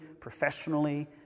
professionally